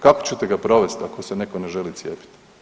Kako ćete ga provesti ako se netko ne želi cijepiti?